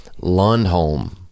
Lundholm